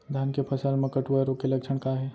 धान के फसल मा कटुआ रोग के लक्षण का हे?